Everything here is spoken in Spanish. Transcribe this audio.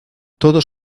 todos